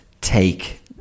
take